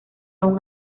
aun